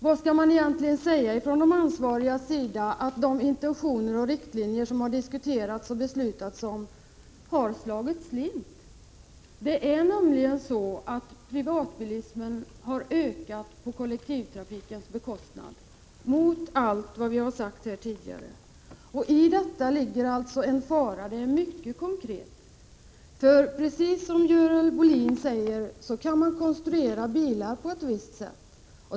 Vad skall man säga från de ansvarigas sida, när de intentioner och riktlinjer som man har diskuterat och beslutat om har slagit slint? Det är nämligen så att privatbilismen har ökat på kollektivtrafikens bekostnad mot allt vad vi har sagt här tidigare. I detta ligger en mycket konkret fara. Man kan nämligen, precis som Görel Bohlin säger, konstruera bilar på ett visst sätt.